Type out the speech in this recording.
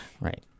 Right